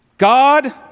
God